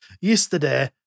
yesterday